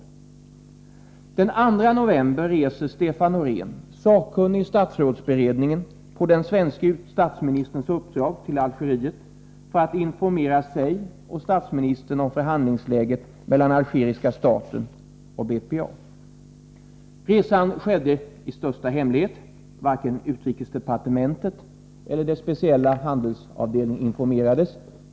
Den 2 november 1983 reser Stefan Norén, sakkunnig i statsrådsberedningen, på den svenske statsministerns uppdrag till Algeriet för att informera sig och statsministern om förhandlingsläget mellan algeriska staten och BPA. Resan skedde i största hemlighet. Varken utrikesdepartementet eller dess speciella handelsavdelning informerades.